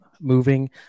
moving